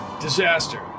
Disaster